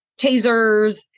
tasers